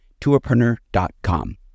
tourpreneur.com